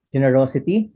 Generosity